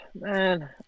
Man